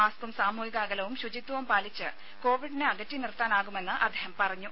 മാസ്ക്കും സാമൂഹിക അകലവും ശുചിത്വവും പാലിച്ച് കോവിഡിനെ അകറ്റി നിർത്താനാകുമെന്ന് അദ്ദേഹം പറഞ്ഞു